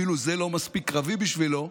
שאפילו זה לא מספיק קרבי בשבילו,